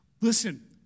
Listen